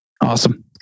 Awesome